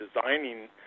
designing